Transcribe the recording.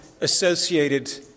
associated